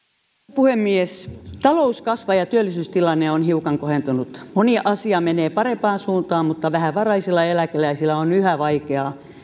puhemies talous kasvaa ja työllisyystilanne on hiukan kohentunut moni asia menee parempaan suuntaan mutta vähävaraisilla eläkeläisillä on yhä vaikeaa